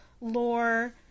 Lore